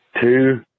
two